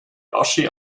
asche